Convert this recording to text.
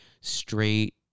straight